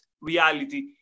reality